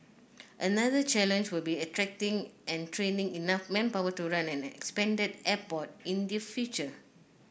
another challenge will be attracting and training enough manpower to run an expanded airport in the future